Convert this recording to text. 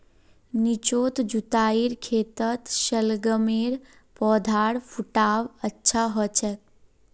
निचोत जुताईर खेतत शलगमेर पौधार फुटाव अच्छा स हछेक